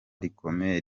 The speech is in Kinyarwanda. rikomeye